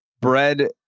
bread